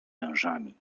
wężami